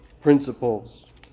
principles